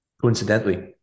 coincidentally